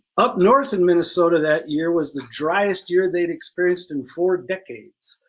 up north in minnesota that year was the driest year they'd experienced in four decades,